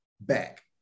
back